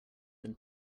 than